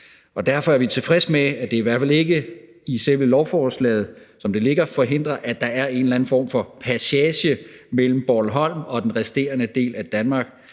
Derfor er vi tilfredse med, at man i hvert fald ikke i selve lovforslaget, som det ligger, forhindrer, at der er en eller anden form for passage mellem Bornholm og den resterende del af Danmark,